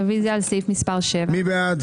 רוויזיה על סעיף מספר 6. מי בעד?